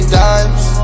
dimes